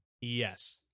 yes